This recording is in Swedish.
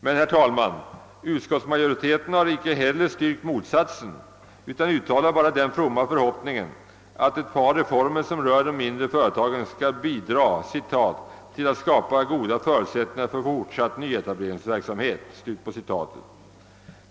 Men, herr talman, utskottsmajoriteten har icke heller styrkt motsatsen utan uttalar bara den fromma förhoppningen att ett par reformer, som rör de mindre företagen, skall bidra »till att skapa goda förutsättningar för fortsatt nyetableringsverksamhet».